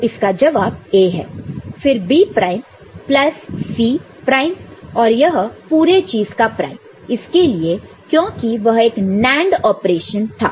तो इसका जवाब A है फिर B prime plus C prime और यह पूरे चीज का प्राइम इसलिए क्योंकि वह एक NAND ऑपरेशन था